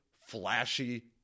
flashy